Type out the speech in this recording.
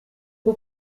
bwo